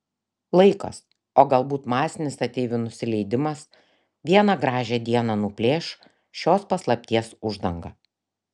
laikas o galbūt masinis ateivių nusileidimas vieną gražią dieną nuplėš šios paslapties uždangą